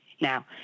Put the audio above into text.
Now